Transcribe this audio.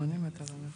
אני אומרת